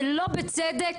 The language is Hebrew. שלא בצדק,